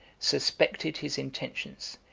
suspected his intentions,